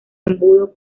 embudo